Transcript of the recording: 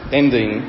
ending